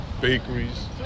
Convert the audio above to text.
Bakeries